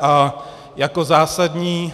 A jako zásadní